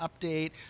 update